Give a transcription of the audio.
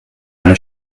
eine